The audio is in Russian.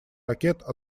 ракет